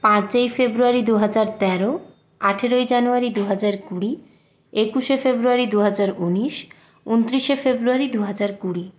পাঁচই ফেব্রুয়ারি দুহাজার তের আঠেরই জানুয়ারি দুহাজার কুড়ি একুশে ফেব্রুয়ারি দুহাজার উনিশ ঊনত্রিশে ফেব্রুয়ারি দুহাজার কুড়ি